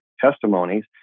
testimonies